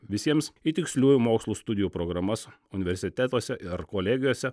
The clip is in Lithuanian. visiems į tiksliųjų mokslų studijų programas universitetuose ir kolegijose